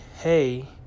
hey